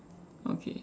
okay